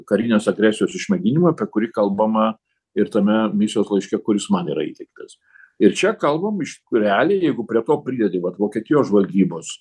karinės agresijos išmėginimui apie kurį kalbama ir tame misijos laiške kuris man yra įteiktas ir čia kalbam iš realiai jeigu prie to pridedi vat vokietijos žvalgybos